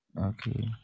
okay